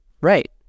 Right